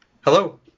Hello